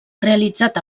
realitzat